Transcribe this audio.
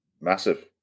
Massive